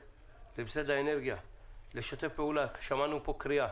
למשרד האנרגיה לשתף פעולה שמענו פה קריאה